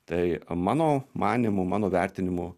tai mano manymu mano vertinimu